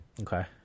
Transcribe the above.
Okay